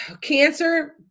cancer